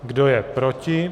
Kdo je proti?